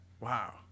wow